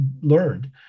learned